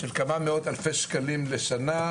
של כמה מאות אלפי שקלים לשנה.